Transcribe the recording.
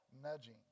nudging